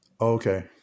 Okay